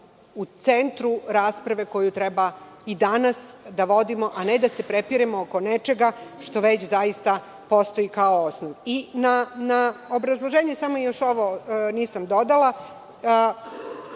u centru rasprave koju treba i danas da vodimo, a ne da se prepiremo oko nečega što već zaista postoji kao osnov. Samo još ovo nisam dodala.